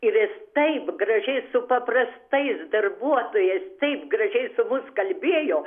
ir jis taip gražiai su paprastais darbuotojais taip gražiai su mus kalbėjo